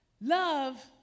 Love